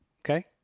Okay